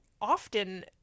often